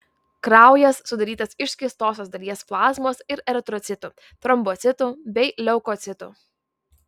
kraujas sudarytas iš skystosios dalies plazmos ir eritrocitų trombocitų bei leukocitų